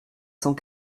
cent